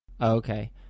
Okay